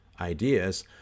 ideas